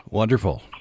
Wonderful